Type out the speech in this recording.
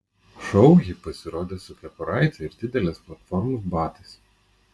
šou ji pasirodė su kepuraite ir didelės platformos batais